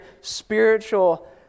spiritual